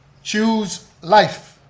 choose life.